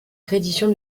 reddition